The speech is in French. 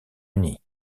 uni